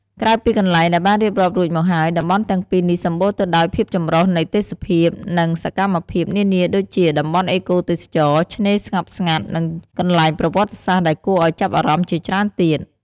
ក្រៅពីកន្លែងដែលបានរៀបរាប់រួចមកហើយ តំបន់ទាំងពីរនេះសម្បូរទៅដោយភាពចម្រុះនៃទេសភាព និងសកម្មភាពនានាដូចជា តំបន់អេកូទេសចរណ៍ ឆ្នេរស្ងប់ស្ងាត់ និងកន្លែងប្រវត្តិសាស្ត្រដែលគួរឲ្យចាប់អារម្មណ៍ជាច្រើនទៀត។